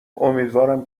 امیدوارم